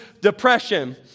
depression